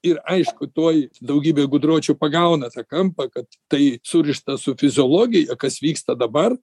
ir aišku tuoj daugybė gudročių pagauna tą kampą kad tai surišta su fiziologija kas vyksta dabar